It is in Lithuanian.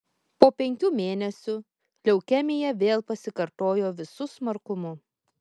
po penkių mėnesių leukemija vėl pasikartojo visu smarkumu